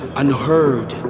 unheard